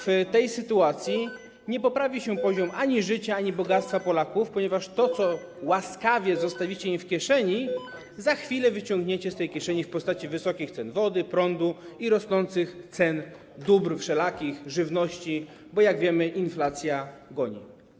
W tej sytuacji nie poprawi się poziom ani życia, ani bogactwa Polaków, ponieważ to, co łaskawie zostawicie im w kieszeni, za chwilę wyciągniecie z tej kieszeni w postaci wysokich cen wody, prądu i rosnących cen dóbr wszelakich, żywności, bo - jak wiemy - inflacja goni.